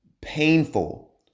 painful